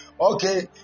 Okay